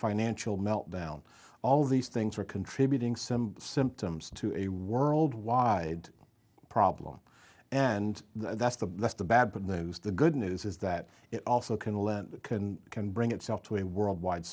financial meltdown all these things are contributing some symptoms to a worldwide problem and that's the that's the bad but those the good news is that it also can lend can can bring itself to a worldwide